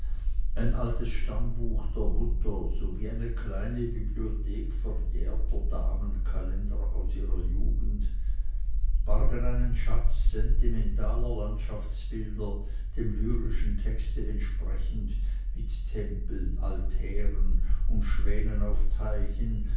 ein altes stammbuch der mutter sowie eine kleine bibliothek verjährter damenkalender aus ihrer jugend bargen einen schatz sentimentaler landschaftsbilder dem lyrischen texte entsprechend mit tempeln altären und schwänen auf teichen